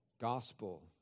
Gospel